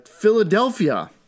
Philadelphia